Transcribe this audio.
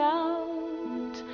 out